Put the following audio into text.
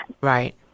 Right